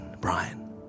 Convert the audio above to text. Brian